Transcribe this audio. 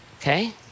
okay